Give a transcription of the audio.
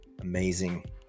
amazing